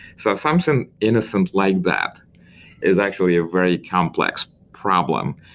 so something innocent like that is actually a very complex problem,